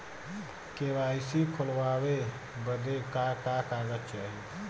KYC खोलवावे बदे का का कागज चाही?